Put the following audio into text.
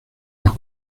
los